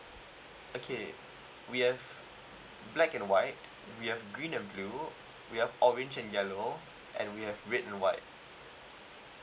okay we have black and white we have green and blue we have orange and yellow and we have red and white